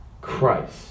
Christ